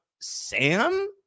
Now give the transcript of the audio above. Sam